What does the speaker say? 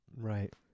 Right